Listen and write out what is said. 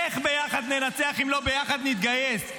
איך ביחד ננצח אם לא ביחד נתגייס?